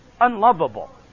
unlovable